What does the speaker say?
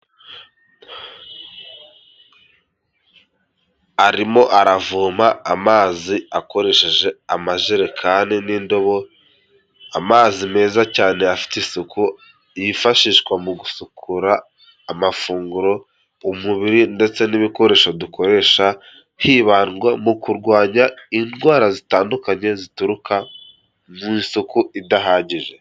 Arimo aravoma amazi akoresheje amajerekani n'indobo, amazi meza cyane afite isuku, yifashishwa mu gusukura amafunguro, umubiri ndetse n'ibikoresho dukoresha, hibandwa mu kurwanya indwara zitandukanye zituruka mu isuku idahagije.